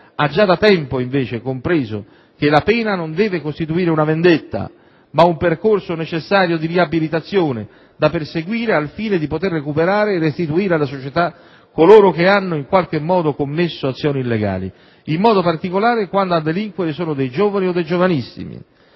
ha già da tempo compreso che la pena non deve costituire una vendetta, ma un percorso necessario di riabilitazione, da perseguire al fine di poter recuperare e restituire alla società coloro che hanno in qualche modo commesso un atto illegale, in modo particolare quando a delinquere sono dei giovani o dei giovanissimi.